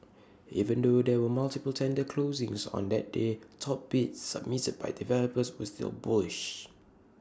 even though there were multiple tender closings on that day top bids submitted by developers were still bullish